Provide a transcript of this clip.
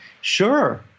sure